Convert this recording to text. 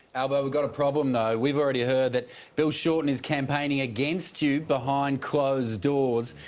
albo, we've got a problem though. we've already heard that bill shorten is campaigning against you behind closed doors.